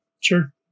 Sure